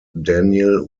daniel